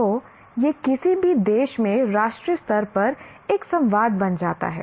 तो यह किसी भी देश में राष्ट्रीय स्तर का एक संवाद बन जाता है